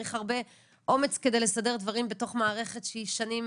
צריך הרבה אומץ כדי לסדר דברים בתוך מערכת שהיא שנים